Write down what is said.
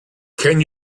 can